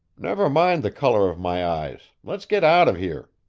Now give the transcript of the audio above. never mind the color of my eyes let's get out of here.